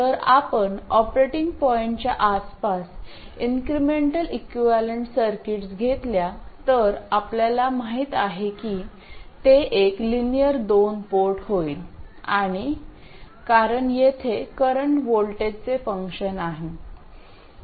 जर आपण ऑपरेटिंग पॉईंटच्या आसपास इन्क्रिमेंटल इक्विवलेंट सर्किट्स घेतल्या तर आपल्याला माहित आहे की ते एक लिनियर दोन पोर्ट होईल आणि कारण येथे करंट व्होल्टेजचे फंक्शनआहे